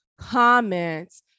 comments